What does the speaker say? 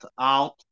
out